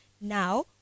now